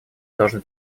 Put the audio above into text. должны